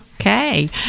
okay